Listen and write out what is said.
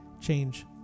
change